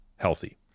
healthy